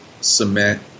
cement